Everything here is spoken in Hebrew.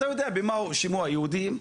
אתה יודע במה הואשמו היהודים?